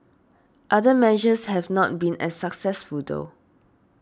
other measures have not been as successful though